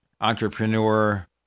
entrepreneur